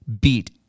beat